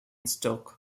stoke